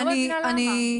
אני לא מבינה למה.